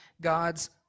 God's